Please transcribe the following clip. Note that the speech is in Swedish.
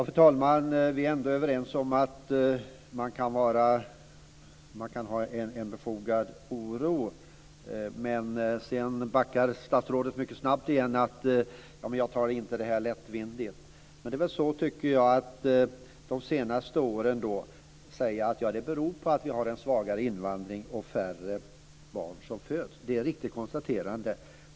Fru talman! Vi är ändå överens om att det kan vara befogat med oro. Men sedan backar statsrådet mycket snabbt igen och säger att hon inte tar det här lättvindigt. Att de senaste årens befolkningsminskning beror på en svagare invandring och att färre barn föds är ett riktigt konstaterande.